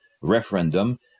referendum